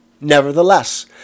Nevertheless